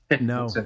no